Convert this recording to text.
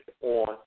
on